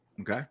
Okay